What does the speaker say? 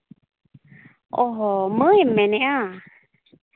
ᱚᱸᱻ ᱦᱚᱸ ᱢᱟᱹᱭᱮᱢ ᱢᱮᱱᱮᱜᱼᱟ